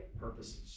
purposes